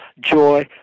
joy